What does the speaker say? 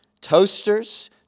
toasters